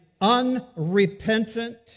unrepentant